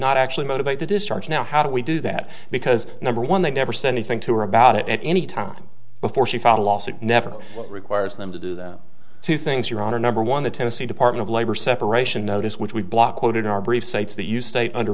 not actually motivate the discharge now how do we do that because number one they never said anything to her about it at any time before she filed a lawsuit never requires them to do two things your honor number one the tennessee department of labor separation notice which we block quoted in our brief cites that you state under